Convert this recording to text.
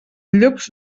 llops